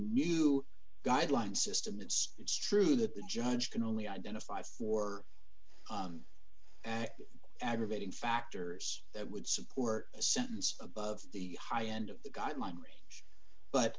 new guidelines system it's it's true that the judge can only identify for aggravating factors that would support a sentence above the high end of the guideline